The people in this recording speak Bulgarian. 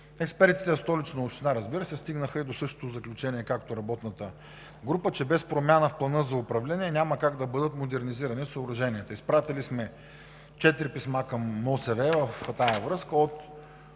Експертите в Столична община, разбира се, стигнаха до същото заключение, както Работната група – че без промяна в плана за управление няма как да бъдат модернизирани съоръженията. В тази връзка сме изпратили четири писма към МОСВ от лятото